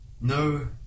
no